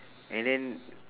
and then